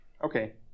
Okay